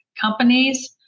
companies